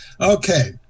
Okay